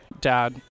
Dad